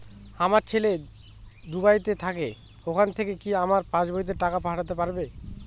আমার ছেলে দুবাইতে থাকে ওখান থেকে কি আমার পাসবইতে টাকা পাঠাতে পারবে?